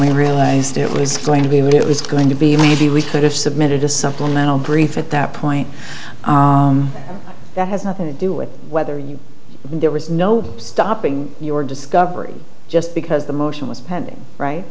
we realized it was going to be when it was going to be maybe we could have submitted a supplemental brief at that point that has nothing to do with whether you there was no stopping your discovery just because the motion was pending right